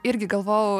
irgi galvojau